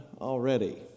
already